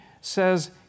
says